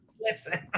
Listen